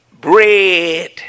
bread